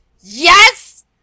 Yes